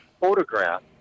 photograph